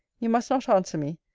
you must not answer me.